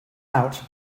out